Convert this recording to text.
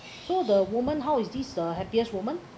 so the moment how is this the happiest moment